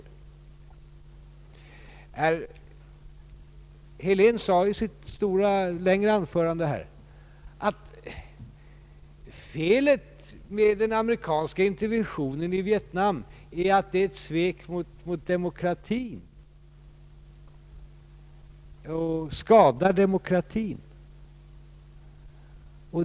Herr Helén sade i sitt längre anförande här att felet med den amerikanska interventionen i Vietnam är att den är ett svek mot demokratin och att den skadar demokratin.